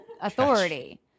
authority